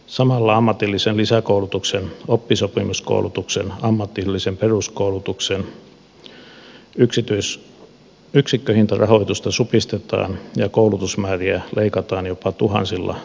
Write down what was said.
samalla ammatillisen lisäkoulutuksen oppisopimuskoulutuksen ammatillisen peruskoulutuksen yksikköhintarahoitusta supistetaan ja koulutusmääriä leikataan jopa tuhansilla aloituspaikoilla